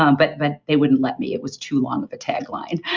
um but but they wouldn't let me, it was too long of a tagline.